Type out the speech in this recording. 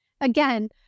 Again